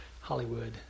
hollywood